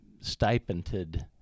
stipended